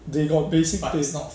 they got basic pay